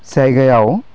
जायगायाव